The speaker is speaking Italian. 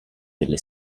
delle